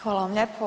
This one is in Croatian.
Hvala vam lijepo.